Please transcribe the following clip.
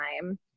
time